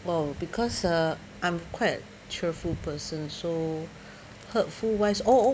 well because uh I'm quite cheerful person so hurtful wise oh oh